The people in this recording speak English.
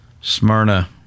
Smyrna